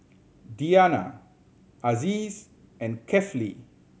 Diyana Aziz and Kefli